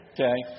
Okay